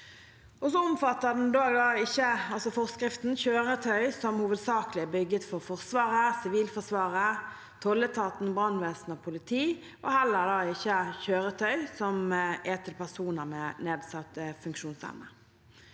omfatter ikke kjøretøy som hovedsakelig er bygget for Forsvaret, Sivilforsvaret, tolletaten, brannvesen og politi, og heller ikke kjøretøy som er til personer med nedsatt funksjonsevne.